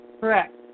Correct